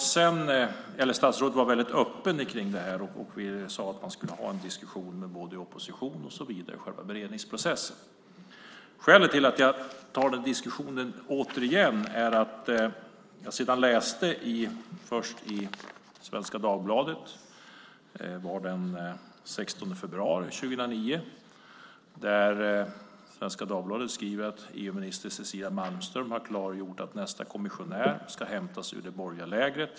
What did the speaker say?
Statsrådet var väldigt öppen om det här och sade att man skulle ha en diskussion med oppositionen i själva beredningsprocessen. Skälet till att jag tar upp den diskussionen återigen är att jag sedan först i Svenska Dagbladet den 16 februari 2009 läste att EU-minister Cecilia Malmström har klargjort att nästa kommissionär ska hämtas ur det borgerliga lägret.